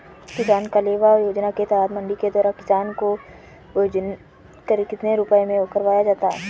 किसान कलेवा योजना के तहत मंडी के द्वारा किसान को भोजन कितने रुपए में करवाया जाता है?